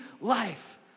life